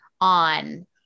on